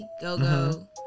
Go-Go